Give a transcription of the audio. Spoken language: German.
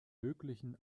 möglichen